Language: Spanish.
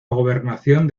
gobernación